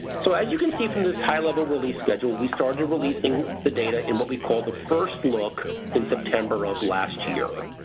so as you can see from this high level release schedule we started releasing the data in what we called the first look in september of last year.